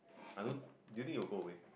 I don't do you think you'll go away